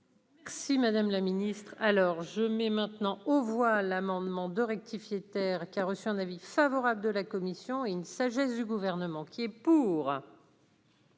Si Madame la Ministre, alors je mets maintenant aux voix l'amendement de rectifier terre qui a reçu un avis favorable de la commission et une sagesse du gouvernement qui est pour.